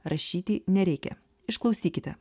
rašyti nereikia išklausykite